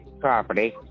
property